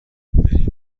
بریم